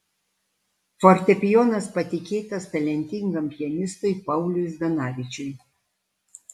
fortepijonas patikėtas talentingam pianistui pauliui zdanavičiui